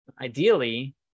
ideally